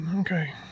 Okay